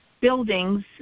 buildings